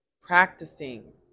practicing